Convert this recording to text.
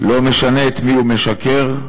לא משנה למי הוא משקר.